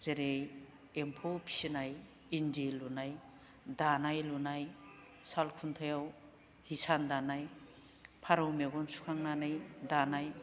जेरै एम्फौ फिसिनाय इन्दि लुनाय दानाय लुनाय साल खुन्थायाव हिसान दानाय फारौ मेगन सुखांनानै दानाय